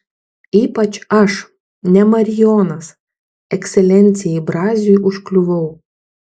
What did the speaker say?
ypač aš ne marijonas ekscelencijai braziui užkliuvau